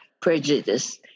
prejudice